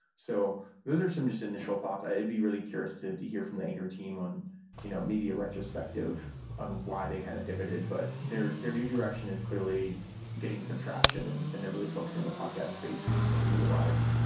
so those are some just initial thoughts. i'd be really curious to to hear from the anchor team on you know maybe a retrospective on why they kind of pivoted, but their new direction is clearly getting some traction and and they're really focusing on the podcast space, which i and think is really wise.